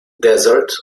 desert